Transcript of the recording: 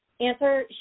answer